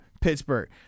Pittsburgh